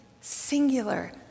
singular